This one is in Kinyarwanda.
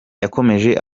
yakomeje